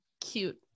cute